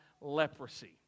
leprosy